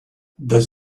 does